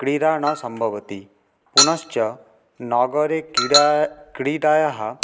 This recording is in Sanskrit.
क्रीडा न सम्भवति पुनश्च नगरे क्रीडा क्रीडायाः